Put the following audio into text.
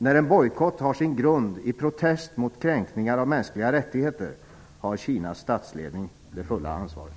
När en bojkott har sin grund i protest mot kränkningar av mänskliga rättigheter har Kinas statsledning det fulla ansvaret.